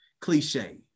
cliche